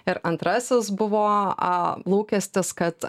ir antrasis buvo a lūkestis kad